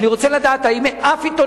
אני רוצה לדעת איפה התקשורת.